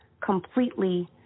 completely